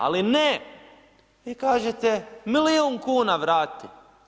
Ali ne, vi kažete milijun kuna vrati.